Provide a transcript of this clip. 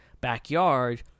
backyard